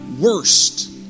worst